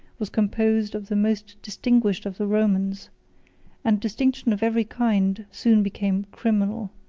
was composed of the most distinguished of the romans and distinction of every kind soon became criminal.